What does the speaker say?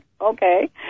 okay